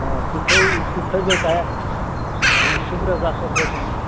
آ تُہۍ تھٲوِو تُہۍ تھٲوِزیٚو تیار اَہَن حظ شُکُر حظ اَصٕل پٲٹھۍ